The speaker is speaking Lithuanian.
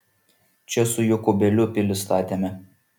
čia su jokūbėliu pilis statėme